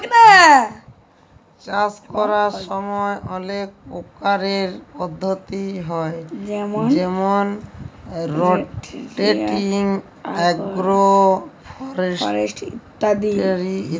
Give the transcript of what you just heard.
চাষ ক্যরার ছময় অলেক পরকারের পদ্ধতি হ্যয় যেমল রটেটিং, আগ্রো ফরেস্টিরি ইত্যাদি